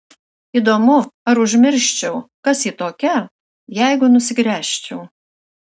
įdomu ar užmirščiau kas ji tokia jeigu nusigręžčiau